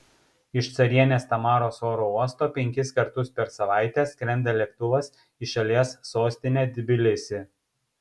iš carienės tamaros oro uosto penkis kartus per savaitę skrenda lėktuvas į šalies sostinę tbilisį